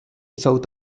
south